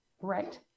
Right